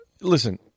listen